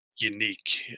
unique